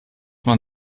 man